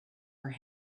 for